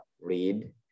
read